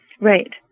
Right